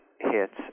hits